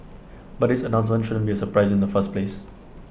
but this announcement shouldn't be A surprise in the first place